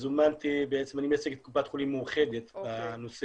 אני בעצם מייצג את קופת חולים מאוחדת בנושא.